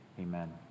Amen